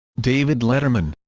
david letterman